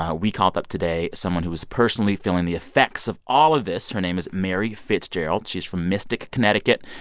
ah we called up today someone who is personally feeling the effects of all of this. her name is mary fitzgerald. she's from mystic, conn. and